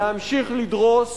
להמשיך לדרוס